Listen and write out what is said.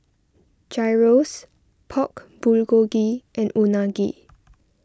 Gyros Pork Bulgogi and Unagi